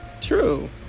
true